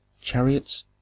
chariots